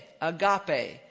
agape